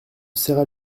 serra